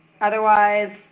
otherwise